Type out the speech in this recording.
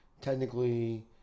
technically